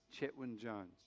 Chetwin-Jones